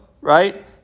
right